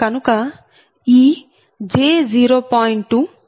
కనుక ఈ j0